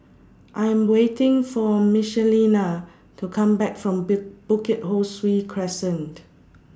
I Am waiting For Michelina to Come Back from B Bukit Ho Swee Crescent